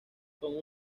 con